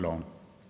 loven